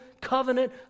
covenant